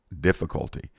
Difficulty